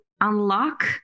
unlock